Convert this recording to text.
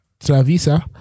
Travisa